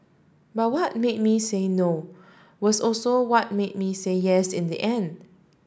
but what made me say No was also what made me say Yes in the end